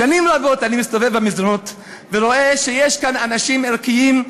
שנים רבות אני מסתובב במסדרונות ורואה שיש כאן אנשים ערכיים,